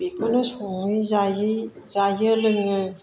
बेखौनो सङै जायै जायो लोङो